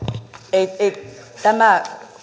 ei ei tämä